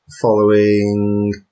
following